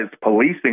policing